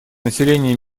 населения